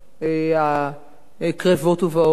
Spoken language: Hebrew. הקרבות ובאות,